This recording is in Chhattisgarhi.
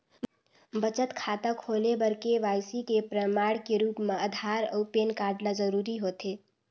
बचत खाता खोले बर के.वाइ.सी के प्रमाण के रूप म आधार अऊ पैन कार्ड ल जरूरी होथे